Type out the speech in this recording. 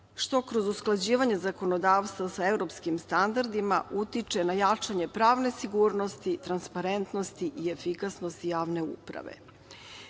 što kroz usklađivanje zakonodavstva sa evropskim standardima utiče na jačanje pravne sigurnosti i transparentnosti i efikasnosti javne uprave.